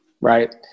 right